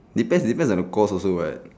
depend depend on the course also [what]